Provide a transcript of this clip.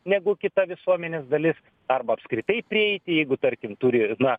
negu kita visuomenės dalis arba apskritai prieiti jeigu tarkim turi na